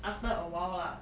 after awhile lah